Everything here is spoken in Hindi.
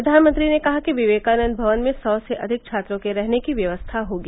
प्रधानमंत्री ने कहा कि विवेकानंद भवन में सौ से अधिक छात्रों के रहने की व्यवस्था होगी